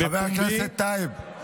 "(1) בפומבי,